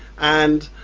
and